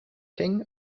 king